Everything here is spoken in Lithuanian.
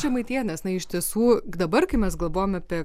žemaitija nes na iš tiesų dabar kai mes galvojam apie